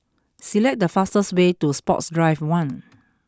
select the fastest way to Sports Drive one